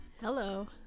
Hello